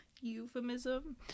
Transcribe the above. Euphemism